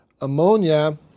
Ammonia